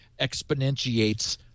exponentiates